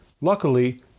Luckily